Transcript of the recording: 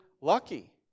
lucky